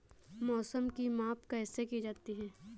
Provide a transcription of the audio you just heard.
मौसम की माप कैसे की जाती है?